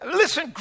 listen